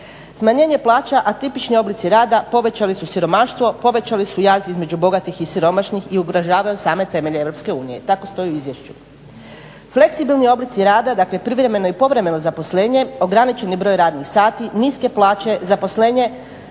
Smanjenje plaća, atipični oblici rada povećali su siromaštvo, povećali su jaz između bogatih i siromašnih i ugrožavaju same temelje EU, tako stoji u izvješću. Fleksibilni oblici rada dakle privremeno i povremeno zaposlenje, ograničeni broj radnih sati, niske plaće, zaposlenje